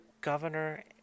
Governor